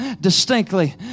distinctly